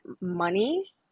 money